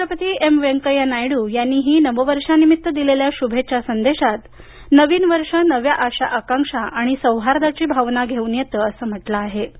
उपराष्ट्रपती एम व्यंकय्या नायडू यांनीही नववर्षा निमित्त दिलेल्या शुभेच्छा संदेशात नवीन वर्ष नव्या आशा आकांक्षा आणि सौहार्दाची भावना घेऊन येत असं म्हटलं आहे